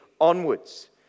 onwards